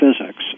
physics